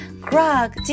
Grog